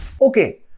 Okay